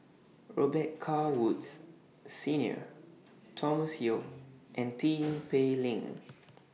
Robet Carr Woods Senior Thomas Yeo and Tin Pei Ling